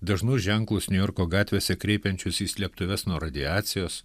dažnus ženklus niujorko gatvėse kreipiančius į slėptuves nuo radiacijos